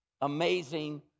amazing